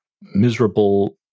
miserable